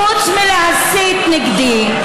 חוץ מלהסית נגדי,